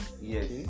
Yes